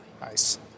Nice